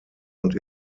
und